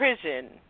prison